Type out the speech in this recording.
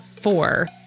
four